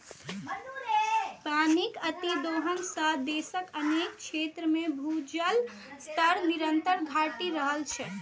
पानिक अतिदोहन सं देशक अनेक क्षेत्र मे भूजल स्तर निरंतर घटि रहल छै